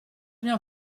bien